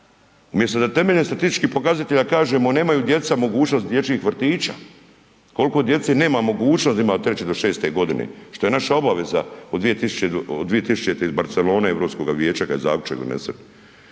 Umjesto da temeljem statističkim pokazatelja kažemo nemaju djeca mogućnost dječjih vrtića, kolko djece nema mogućnost da ima od 3 do 6.g., što je naša obaveza od 2000.g. iz Barcelone Europskoga vijeća kad je zaključak donesen,